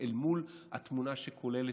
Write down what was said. אל מול התמונה הכוללת,